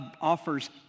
offers